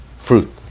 fruit